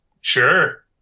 Sure